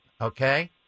Okay